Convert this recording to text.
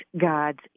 God's